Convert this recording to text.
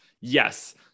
Yes